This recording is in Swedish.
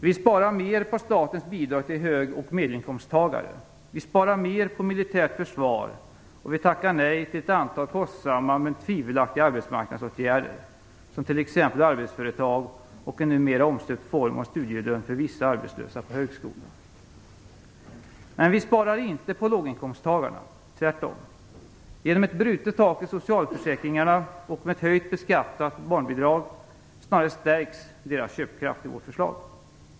Vi sparar mer på statens bidrag till hög och medelinkomsttagare, vi sparar mer på militärt försvar och vi tackar nej till ett antal kostsamma men tvivelaktiga arbetsmarknadsåtgärder som t.ex. arbetsföretag och en numera omstöpt form av studielön för vissa arbetslösa på högskola. Men vi sparar inte på låginkomsttagarna, tvärtom! Genom ett brutet tak i socialförsäkringarna och med ett höjt, beskattat barnbidrag, snarare stärks deras köpkraft genom vårt förslag.